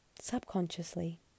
subconsciously